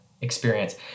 experience